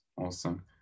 Awesome